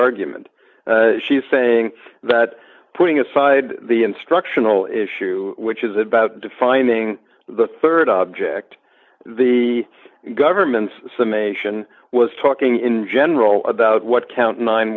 argument she is saying that putting aside the instructional issue which is about defining the rd object the government's summation was talking in general about what count nine